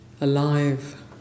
alive